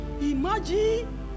Imagine